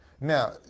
Now